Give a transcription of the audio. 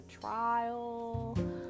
trial